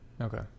okay